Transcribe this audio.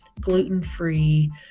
gluten-free